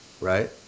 right